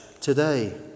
today